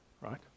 right